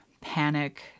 panic